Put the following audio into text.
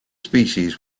species